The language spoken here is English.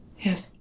Yes